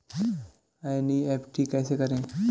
NEFT कैसे करें?